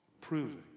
Proving